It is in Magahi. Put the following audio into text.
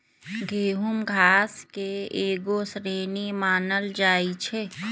गेहूम घास के एगो श्रेणी मानल जाइ छै